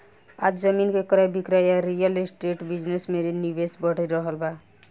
आज जमीन के क्रय विक्रय आ रियल एस्टेट बिजनेस में निवेश बढ़ रहल बा